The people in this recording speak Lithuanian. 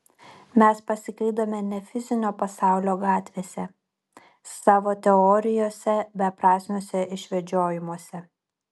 mes pasiklydome ne fizinio pasaulio gatvėse savo teorijose beprasmiuose išvedžiojimuose